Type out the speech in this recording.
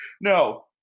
No